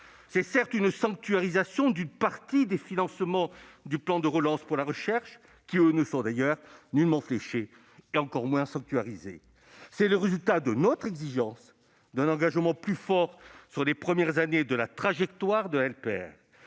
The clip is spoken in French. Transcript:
Certes, c'est une sanctuarisation d'une partie des financements du plan de relance pour la recherche, dont les crédits, eux, ne sont nullement fléchés et encore moins sanctuarisés- c'est le résultat de notre exigence d'un engagement plus fort sur les premières années de la trajectoire de la LPR